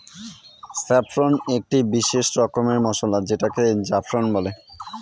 saffron একটি বিশেষ রকমের মসলা যেটাকে জাফরান বলে